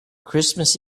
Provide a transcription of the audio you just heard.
christmas